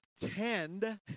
tend